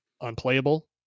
unplayable